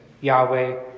Yahweh